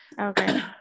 Okay